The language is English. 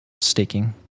staking